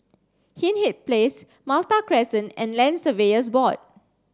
Hindhede Place Malta Crescent and Land Surveyors Board